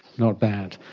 not bad.